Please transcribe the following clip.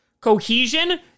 cohesion